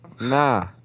Nah